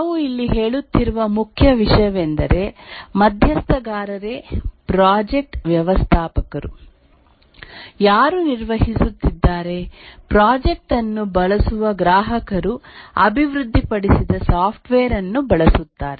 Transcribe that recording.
ನಾವು ಇಲ್ಲಿ ಹೇಳುತ್ತಿರುವ ಮುಖ್ಯ ವಿಷಯವೆಂದರೆ ಮಧ್ಯಸ್ಥಗಾರರೇ ಪ್ರಾಜೆಕ್ಟ್ ವ್ಯವಸ್ಥಾಪಕರು ಯಾರು ನಿರ್ವಹಿಸುತ್ತಿದ್ದಾರೆ ಪ್ರಾಜೆಕ್ಟ್ ಅನ್ನು ಬಳಸುವ ಗ್ರಾಹಕರು ಅಭಿವೃದ್ಧಿಪಡಿಸಿದ ಸಾಫ್ಟ್ವೇರ್ ಅನ್ನು ಬಳಸುತ್ತಾರೆ